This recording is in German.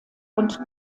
und